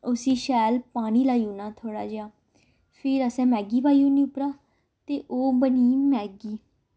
उसी शैल पानी लाई ओड़ना थोह्ड़ा जेहा फ्ही असें मैगी पाई ओड़नी उप्परा ते ओह् बनी गेई मैगी